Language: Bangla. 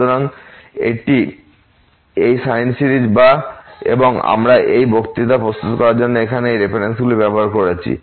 সুতরাং এটি সাইন সিরিজ এবং আমরা এই বক্তৃতা প্রস্তুত করার জন্য এখানে এই রেফারেন্সগুলি ব্যবহার করেছি